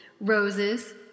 roses